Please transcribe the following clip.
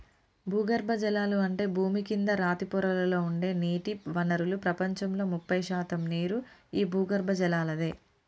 భూగర్బజలాలు అంటే భూమి కింద రాతి పొరలలో ఉండే నీటి వనరులు ప్రపంచంలో ముప్పై శాతం నీరు ఈ భూగర్బజలలాదే